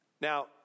Now